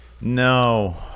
No